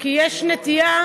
כי יש נטייה